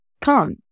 Come